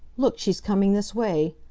look, she's coming this way!